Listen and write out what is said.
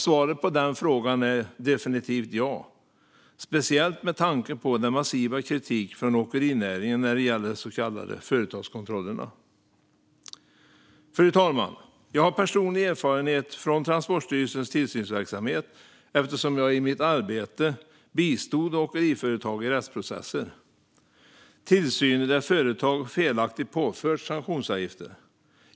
Svaret på den frågan är definitivt ja, speciellt med tanke på den massiva kritiken från åkerinäringen när det gäller de så kallade företagskontrollerna. Fru talman! Jag har personlig erfarenhet från Transportstyrelsens tillsynsverksamhet eftersom jag i mitt arbete bistod åkeriföretag i rättsprocesser om tillsyner där företag felaktigt påförts sanktionsavgifter.